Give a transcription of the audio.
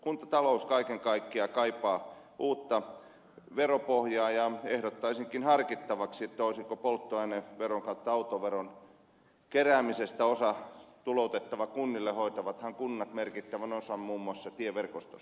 kuntatalous kaiken kaikkiaan kaipaa uutta veropohjaa ja ehdottaisinkin harkittavaksi olisiko autoveron keräämisestä osa tuloutettava kunnille hoitavathan kunnat merkittävän osan muun muassa tieverkostosta